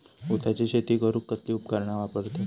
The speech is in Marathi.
ऊसाची शेती करूक कसली उपकरणा वापरतत?